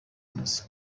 nazo